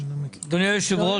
אדוני היושב-ראש,